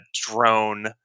drone